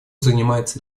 занимается